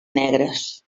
negres